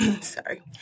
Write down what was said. Sorry